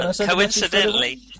Coincidentally